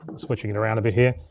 switching it around a bit here.